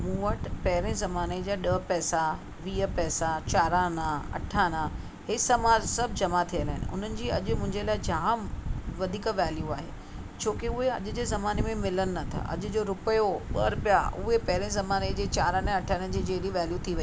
मूं वटि पहिरेंं ज़माने जा ॾह पैसा वीह पैसा चाराना अठाना इहे सभु मां जमा थियलु उन्हनि जी अॼु मुंहिंजे लाइ जामु वधीक वेल्यू आहे छोकी उहे अॼु जे ज़माने में मिलनि नथा अॼु जो रुपियो ॿ रुपिया उहे पहिरें ज़माने जे चाराने अठाने जी जहिड़ी वेल्यू थी वई